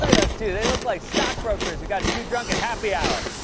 look at those two. they look like stockbrokers who got too drunk at happy hour.